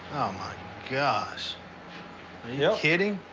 oh my gosh! are you kidding?